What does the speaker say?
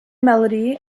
melody